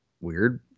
weird